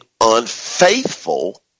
unfaithful